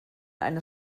eine